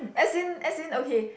as in as in okay